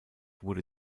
wurde